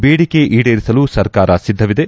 ಬೇಡಿಕೆ ಈಡೇರಿಸಲು ಸರ್ಕಾರ ಸಿದ್ದವಿದೆ